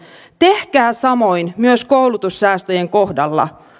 tehkää samoin myös koulutussäästöjen kohdalla